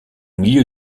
milieu